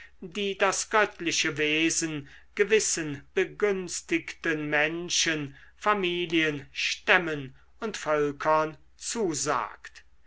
die das göttliche wesen gewissen begünstigten menschen familien stämmen und völkern zusagt